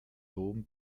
dom